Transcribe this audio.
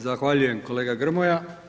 Zahvaljujem kolega Grmoja.